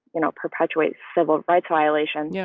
you know, perpetuate civil rights violation. yeah